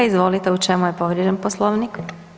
Izvolite u čemu je povrijeđen Poslovnik?